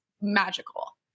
magical